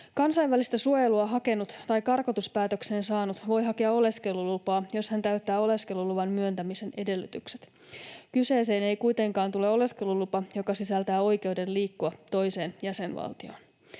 Kansainvälistä suojelua hakenut tai karkotuspäätöksen saanut voi hakea oleskelulupaa, jos hän täyttää oleskeluluvan myöntämisen edellytykset. Kyseeseen ei kuitenkaan tule oleskelulupa, joka sisältää oikeuden liikkua toiseen jäsenvaltioon.